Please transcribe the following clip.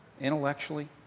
intellectually